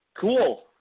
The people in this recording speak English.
cool